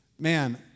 Man